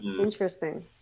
Interesting